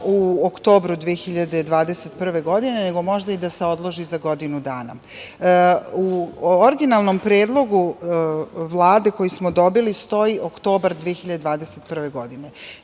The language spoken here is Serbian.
u oktobru 2021. godine, već možda i da se odloži za godinu dana.U originalnom predlogu Vlade koji smo dobili stoji oktobar 2021. godine,